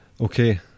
Okay